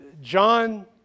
John